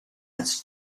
its